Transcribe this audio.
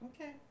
Okay